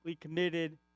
committed